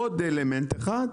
עוד אלמנט אחד,